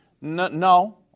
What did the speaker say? No